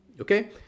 Okay